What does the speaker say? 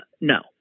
No